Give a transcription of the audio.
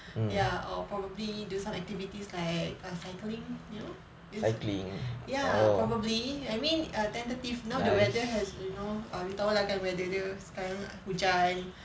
ya or probably do some activities like err cycling you know ya probably I mean err tentative now the weather has you know ah you tahu lah kan weather dia sekarang nak hujan